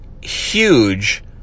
huge